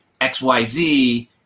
XYZ